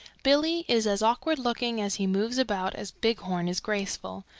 billy is as awkward-looking as he moves about as bighorn is graceful,